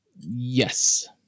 Yes